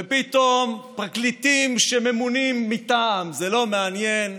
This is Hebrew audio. ופתאום פרקליטים שממונים מטעם זה לא מעניין,